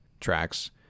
tracks